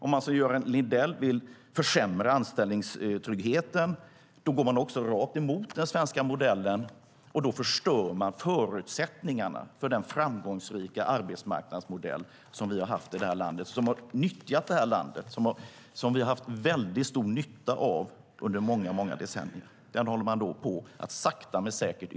Om man som Göran Lindell vill försämra anställningstryggheten går man också rakt emot den svenska modellen. Då förstör man förutsättningarna för den framgångsrika arbetsmarknadsmodell som vi har haft här i landet, som har tjänat det här landet och som vi har haft stor nytta av i många decennier. Den håller man på att urholka sakta men säkert.